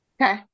Okay